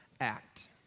act